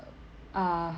uh